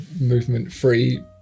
movement-free